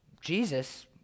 jesus